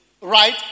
right